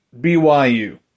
BYU